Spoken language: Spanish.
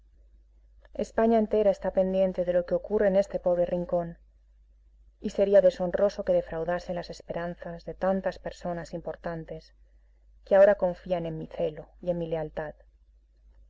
españa entera está pendiente de lo que ocurre en este pobre rincón y sería deshonroso que defraudase las esperanzas de tantas personas importantes que ahora confían en mi celo y en mi lealtad